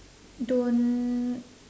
don't